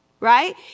right